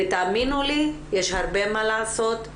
ותאמינו לי, יש הרבה מה לעשות.